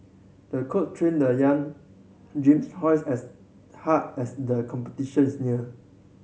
the coach trained the young gyms twice as hard as the competitions neared